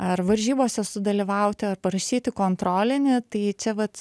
ar varžybose sudalyvauti ar parašyti kontrolinį tai čia vat